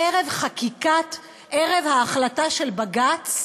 ערב ההחלטה של בג"ץ